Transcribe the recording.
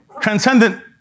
Transcendent